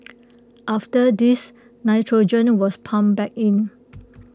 after this nitrogen was pumped back in